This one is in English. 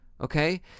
Okay